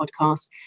podcast